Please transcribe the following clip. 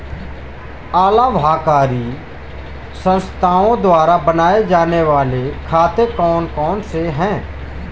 अलाभकारी संस्थाओं द्वारा बनाए जाने वाले खाते कौन कौनसे हैं?